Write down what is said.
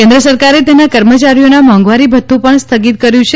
કેન્દ્ર સરકારે તેના કર્મચારીઓના મોધવારી ભથ્થું પણ સ્થગિત કર્યું છે